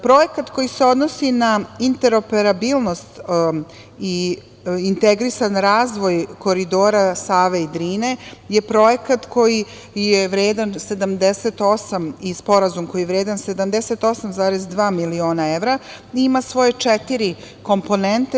Projekat koji se odnosi na interoperabilnost i integrisan razvoj koridora Save i Drine je projekat i sporazum koji je vredan 78,2 miliona evra i ima svoje četiri komponente.